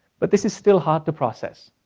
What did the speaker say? but this is still hard to process,